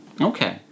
Okay